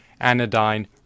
anodyne